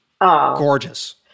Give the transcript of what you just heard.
gorgeous